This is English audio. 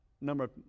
number